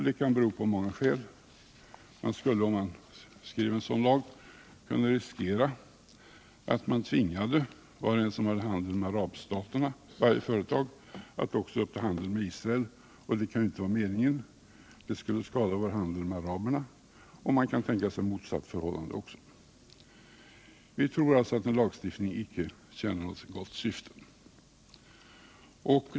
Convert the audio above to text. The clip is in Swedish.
Det kan bero på många saker. Man skulle om man skrev en sådan lag kunna riskera att man tvingade var och en som bedrev handel med arabstaterna att också öppna handel med Israel. Det kan ju inte vara meningen, eftersom det skulle skada vår handel. Man kan också tänka sig ett motsatt förhållande. Vi tror alltså att en sådan lagstiftning inte leder till resultat.